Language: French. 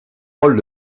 rôles